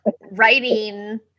writing